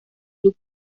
club